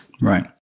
Right